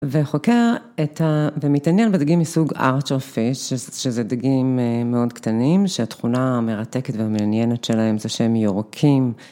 וחוקר את ה... ומתעניין בדגים מסוג ארצ' אופי, שזה דגים מאוד קטנים, שהתכונה המרתקת והמעניינת שלהם זה שהם ירוקים.